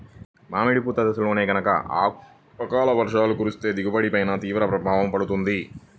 మామిడి పూత దశలో గనక అకాల వర్షాలు కురిస్తే దిగుబడి పైన తీవ్ర ప్రభావం పడుతుంది